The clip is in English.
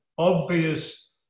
obvious